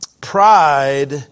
Pride